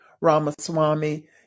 Ramaswamy